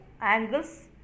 angles